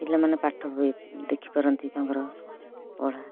ପିଲାମାନେ ପାଠ ବି ଦେଖିପାରନ୍ତି ତାଙ୍କର ପଢ଼ା